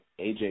AJ